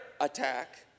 attack